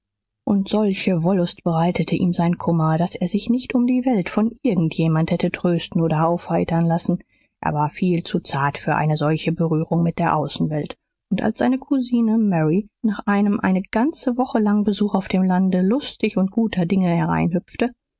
und solche wollust bereitete ihm sein kummer daß er sich nicht um die welt von irgend jemand hätte trösten oder aufheitern lassen er war viel zu zart für eine solche berührung mit der außenwelt und als seine cousine mary nach einem eine ganze woche langen besuch auf dem lande lustig und guter dinge